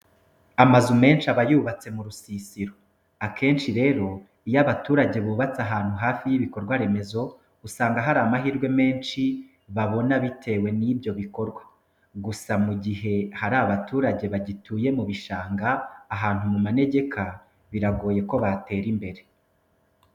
Amazu menshi aba yubatse mu rusisiro. Akenshi rero, iyo abaturage bubatse ahantu hafi y'ibikorwa remezo, usanga hari amahirwe menshi babona bitewe n'ibyo bikorwa. Gusa mu gihe hari abaturage bagituye mu bishanga ahantu mu manegeka, biragoye ko batera imbere.